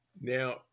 Now